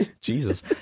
Jesus